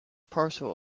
parcel